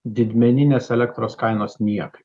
didmeninės elektros kainos niekaip